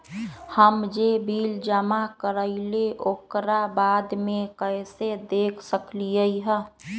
हम जे बिल जमा करईले ओकरा बाद में कैसे देख सकलि ह?